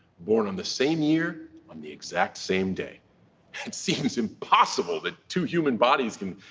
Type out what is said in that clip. born on the same year, on the exact same day. it seems impossible that two human bodies can.